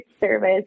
service